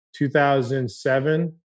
2007